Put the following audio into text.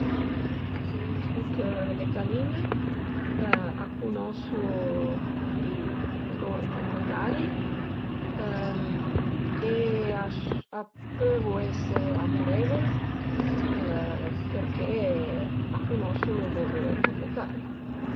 Mi pensu chë le galin-e a cunosu li lur pruprietari e a s a pövu ese amurevul perché a cunosu lur pruprietari